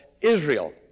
Israel